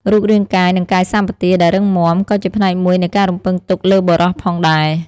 រូបរាងកាយ និងកាយសម្បទាដែលរឹងមាំ ក៏ជាផ្នែកមួយនៃការរំពឹងទុកលើបុរសផងដែរ។